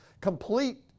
complete